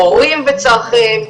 הורים וצרכיהם,